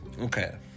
okay